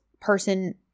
person